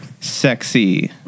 sexy